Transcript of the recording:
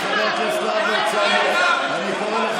חבר הכנסת יוראי הרצנו, אני קורא אותך